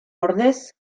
ordez